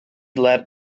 let